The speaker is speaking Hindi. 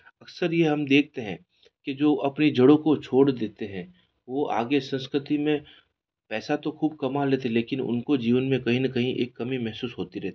अक्सर यह हम देखते हैं कि जो अपने जड़ों को छोड़ देते हैं वह आगे संस्कृती में पैसा तो खूब कमा लेते लेकिन उनका जीवन में कहीं न कहीं एक कमी महसूस होती रहती है